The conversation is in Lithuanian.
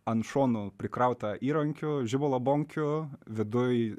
ant šonų prikrauta įrankių žibalo bonkių viduj